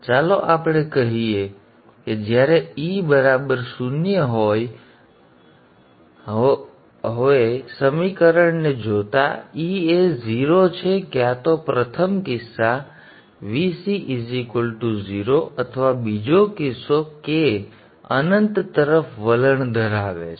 ચાલો આપણે કહીએ કે જ્યારે e બરાબર શૂન્ય હોય હવે સમીકરણને જોતા e એ 0 છે ક્યાંતો પ્રથમ કિસ્સા Vc 0 અથવા બીજો કિસ્સો k અનંત તરફ વલણ ધરાવે છે